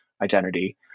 identity